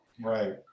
right